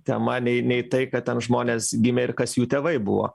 tema nei nei tai kad ten žmonės gimė ir kas jų tėvai buvo